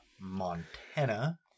Montana